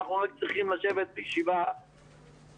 אנחנו רק צריכים לשבת ישיבה אחת